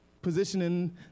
Positioning